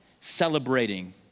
celebrating